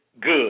good